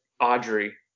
Audrey